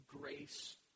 grace